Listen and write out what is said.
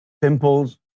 pimples